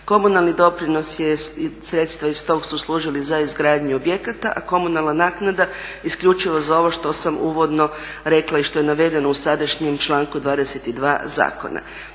Komunalni doprinos je, sredstva iz tog su služila za izgradnju objekata, a komunalna naknada isključivo za ovo što sam uvodno rekla i što je navedeno u sadašnjem članku 22. Zakona.